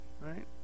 right